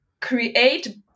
create